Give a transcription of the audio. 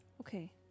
Okay